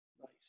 Nice